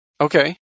Okay